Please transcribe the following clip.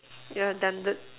yeah done